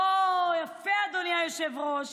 אוה, יפה, אדוני היושב-ראש.